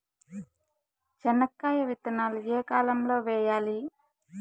చెనక్కాయ విత్తనాలు ఏ కాలం లో వేయాలి?